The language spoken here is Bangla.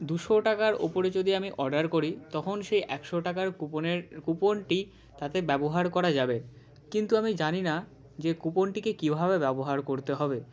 দুশো টাকার ওপরে যদি আমি অর্ডার করি তখন সেই একশো টাকার কুপনের কুপনটি তাতে ব্যবহার করা যাবে কিন্তু আমি জানি না যে কুপনটিকে কীভাবে ব্যবহার করতে হবে